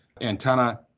antenna